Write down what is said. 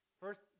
First